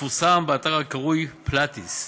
המפורסם באתר הקרוי Platts,